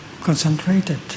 concentrated